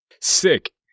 Sick